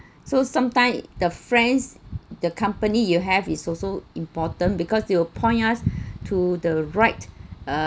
so sometime the friends the company you have is also important because they'll point us to the right uh